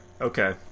Okay